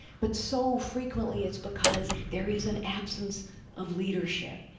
but so frequently it's because there is an absence of leadership.